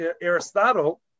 Aristotle